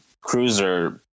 cruiser